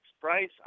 price